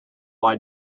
lie